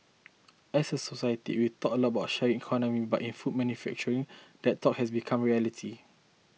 as a society we talk a lot about the sharing economy but in food manufacturing that talk has become reality